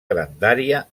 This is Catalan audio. grandària